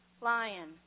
lion